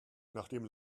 nachdem